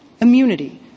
immunity